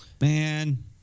Man